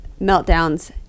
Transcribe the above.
meltdowns